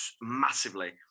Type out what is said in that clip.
massively